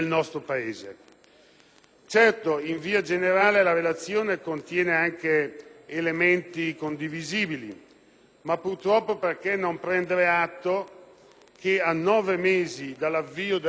Certo, in via generale, la relazione contiene anche elementi condivisibili. Ma perché non prendere atto che a nove mesi dall'avvio della legislatura